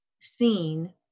seen